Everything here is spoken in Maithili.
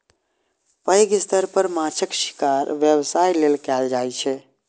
पैघ स्तर पर माछक शिकार व्यवसाय लेल कैल जाइ छै